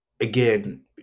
again